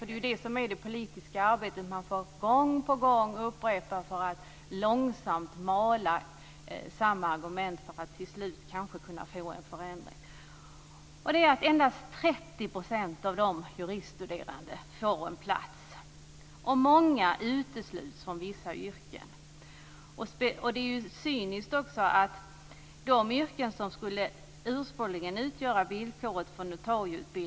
Det är ju det som är det politiska arbetet. Man får gång på gång upprepa och långsamt mala samma argument för att till slut kanske kunna få en förändring. Endast 30 % av de juridikstuderande får en plats. Många utesluts från vissa yrken. Det är cyniskt när det gäller de yrken som notarieutbildningen ursprungligen skulle utgöra ett villkor för.